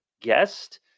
guest